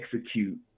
execute